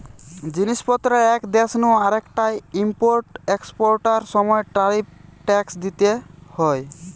জিনিস পত্রের এক দেশ নু আরেকটায় ইম্পোর্ট এক্সপোর্টার সময় ট্যারিফ ট্যাক্স দিইতে হয়